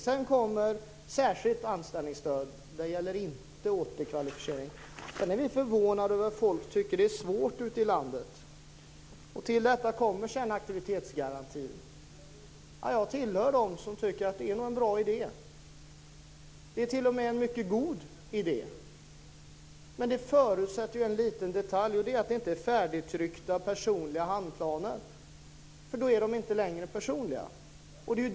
Sedan kommer särskilt anställningsstöd, och där gäller inte återkvalificering. Sedan blir vi förvånade över att folk ute i landet tycker att detta är svårt. Till detta kommer sedan aktivitetsgarantin. Jag tillhör dem som tycker att det är en bra idé. Det är t.o.m. en mycket god idé, men det förutsätter en liten detalj. Det är att det inte är färdigtryckta personliga handlingsplaner, för då är de inte längre personliga.